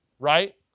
right